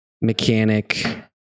mechanic